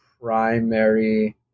primary